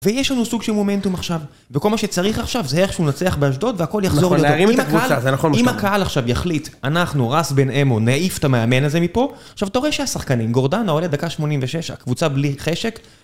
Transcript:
ויש לנו סוג של מומנטום עכשיו. וכל מה שצריך עכשיו זה איך שהוא לנצח באשדוד והכל יחזור לאותו. נכון, להערים את הקבוצה, זה נכון. אם הקהל עכשיו יחליט, אנחנו, רס בן אמו, נעיף את המאמן הזה מפה, עכשיו, אתה רואה שהשחקנים, גורדןףנה עולה דקה 86, הקבוצה בלי חשק.